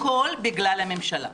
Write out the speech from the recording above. הכול בגלל הממשלה.